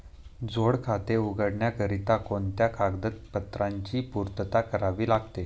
जोड खाते उघडण्याकरिता कोणकोणत्या कागदपत्रांची पूर्तता करावी लागते?